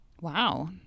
Wow